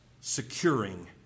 securing